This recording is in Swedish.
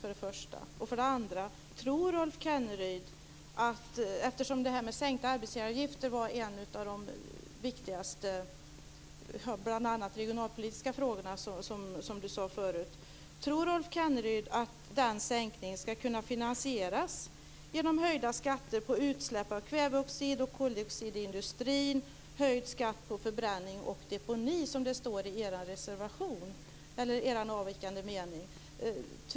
För det andra: Det här med sänkta arbetsgivaravgifter var en av de viktigaste bl.a. regionalpolitiska frågorna, som Rolf Kenneryd sade förut. Tror Rolf Kenneryd att den sänkningen ska kunna finansieras genom höjda skatter på utsläpp av kväveoxid och koldioxid i industrin och höjd skatt på förbränning och deponi, som det står i er avvikande mening?